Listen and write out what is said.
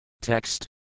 Text